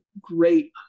great